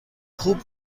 خوب